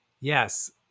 Yes